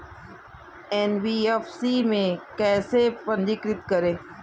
NBFC में कैसे पंजीकृत करें?